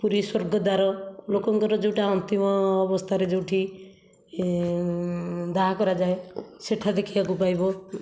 ପୁରୀ ସ୍ଵର୍ଗଦ୍ଵାର ଲୋକଙ୍କର ଯେଉଁଟା ଅନ୍ତିମ ଅବସ୍ଥାରେ ଯେଉଁଠି ଦାହ କରାଯାଏ ସେଠା ଦେଖିବାକୁ ପାଇବ